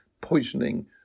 poisoning